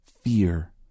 fear